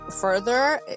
further